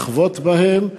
לחבוט בהם,